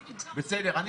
בסדר, אנחנו